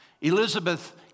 Elizabeth